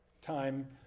Time